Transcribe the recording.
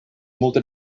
multe